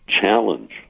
challenge